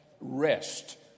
rest